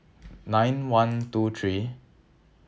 nine one two three